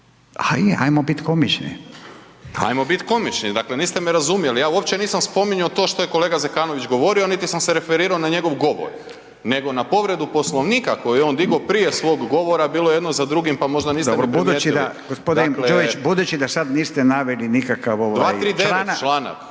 Saša (SDP)** Ajmo biti komični, dakle niste me razumjeli. Ja uopće nisam spominjao to što je kolega Zekanović govorio niti sam se referirao na njegov govor nego na povredu Poslovnika koji je on digao prije svog govora. Bilo je jedno za drugim pa možda niste primijetili. **Radin, Furio (Nezavisni)** Gospodin